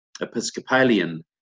Episcopalian